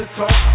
talk